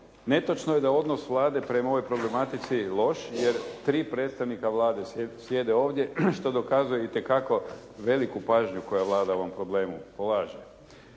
Netočno je da odnos Vlade prema ovoj problematici loš jer tri predstavnika Vlade sjede ovdje što dokazuje itekako veliku pažnju koju Vlada o ovom problemu polaže.